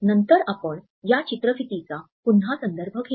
नंतर आपण या चित्रफितींचा पुन्हा संदर्भ घेऊ